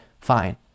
fine